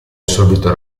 assorbito